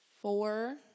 four